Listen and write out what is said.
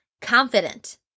confident